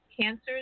Cancers